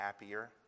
happier